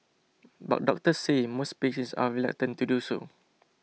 but doctors say most patients are reluctant to do so